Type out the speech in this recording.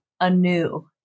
anew